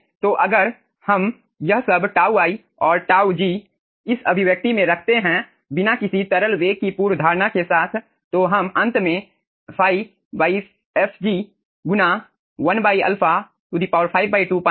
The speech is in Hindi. तो अगर हम यह सब τ i और τ g इस अभिव्यक्ति में रखते हैं बिना किसी तरल वेग की पूर्वधारणा के साथ तो हम अंत में fi fg गुना 1α 52 पाएंगे